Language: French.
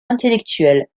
intellectuels